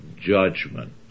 judgment